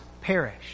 perish